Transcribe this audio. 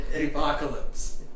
apocalypse